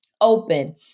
open